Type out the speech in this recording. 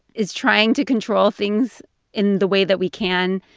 is trying to control things in the way that we can